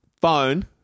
phone